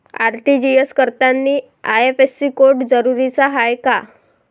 RTGS करतांनी IFSC code जरुरीचा हाय का?